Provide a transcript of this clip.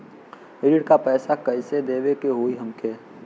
ऋण का पैसा कइसे देवे के होई हमके?